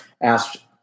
asked